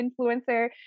influencer